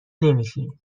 نمیشیم